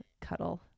cuddle